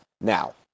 now